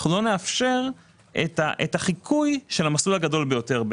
אנחנו לא נאפשר את החיקוי של המסלול הגדול ביותר.